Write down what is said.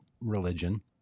religion